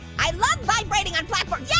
i love vibrating on platforms. yeah